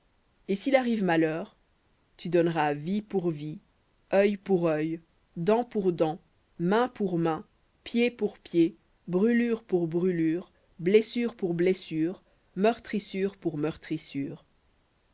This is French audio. et s'il arrive malheur tu donneras vie pour vie œil pour œil dent pour dent main pour main pied pour pied brûlure pour brûlure blessure pour blessure meurtrissure pour meurtrissure